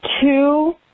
two